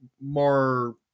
more